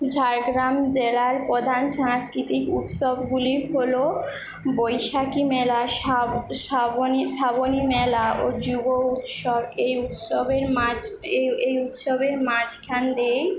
ঝাড়গ্রাম জেলার প্রধান সাংস্কৃতিক উৎসবগুলি হল বৈশাখী মেলা শা শ্রাবণী শ্রাবণী মেলা ও যুব উৎসব এই উৎসবের মাঝ এই এই উৎসবের মাঝখান দিয়েই